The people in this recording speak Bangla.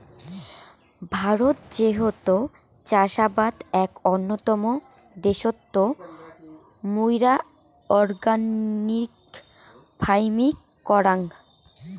ভারত যেহেতু চাষবাস এক উন্নতম দ্যাশোত, মুইরা অর্গানিক ফার্মিং করাং